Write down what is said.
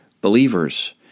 believers